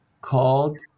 called